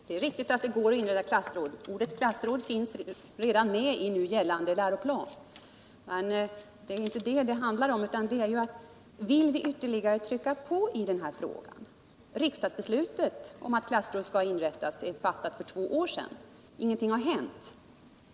Herr talman! Det är riktigt att det är möjligt att inrätta klassråd. och begreppet klassråd finns redan i nu gällande läroplan. Men det är inte det det handlar om, utan vi vill ytterligare trycka på i denna fråga. Riksdagsbeslutet om alt klassråd skall inrättas fattades för två år sedan, men ingenting har därefter hänt.